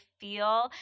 feel